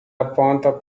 aponta